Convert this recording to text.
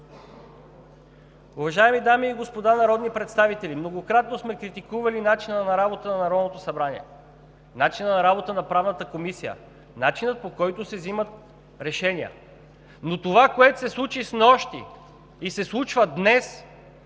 Уважаеми дами и господа народни представители, многократно сме критикували начина на работа на Народното събрание, начинът на работа на Правната комисия, начина, по който се взимат решения, но това, което се случи снощи и се случва днес,